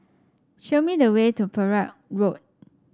show me the way to Perak Road